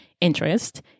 interest